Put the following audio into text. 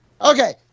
Okay